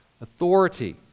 authority